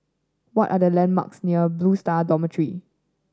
what are the landmarks near Blue Star Dormitory